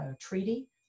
treaty